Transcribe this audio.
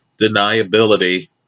deniability